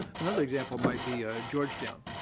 another example might be ah georgetown.